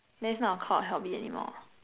then is not a called hobby anymore